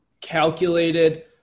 calculated